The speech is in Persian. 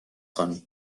خانم